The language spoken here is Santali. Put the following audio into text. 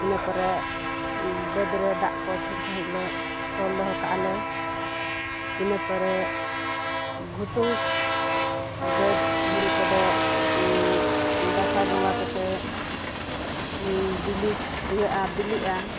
ᱤᱱᱟᱹ ᱯᱚᱨᱮ ᱵᱟᱹᱫᱽ ᱨᱮ ᱫᱟᱜ ᱠᱚ ᱴᱷᱤᱠ ᱥᱟᱺᱦᱤᱡ ᱞᱮ ᱛᱚᱞ ᱫᱚᱦᱚ ᱠᱟᱜᱼᱟ ᱞᱮ ᱤᱱᱟᱹ ᱯᱚᱨᱮ ᱜᱷᱩᱴᱩ ᱵᱟᱹᱫᱽ ᱦᱳᱲᱳ ᱠᱚᱫᱚ ᱫᱟᱸᱥᱟᱭ ᱵᱚᱸᱜᱟ ᱠᱚᱛᱮ ᱵᱤᱞᱤ ᱤᱭᱟᱹᱜᱼᱟ ᱵᱤᱞᱤᱜᱼᱟ